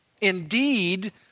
Indeed